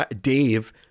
Dave